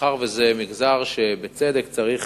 מאחר שזה מגזר שבצדק צריך